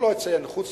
חוץ